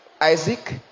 isaac